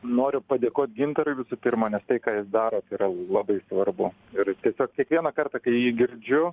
noriu padėkot gintarui visų pirma nes tai ką jūs darot yra labai svarbu ir tiesiog kiekvieną kartą kai jį girdžiu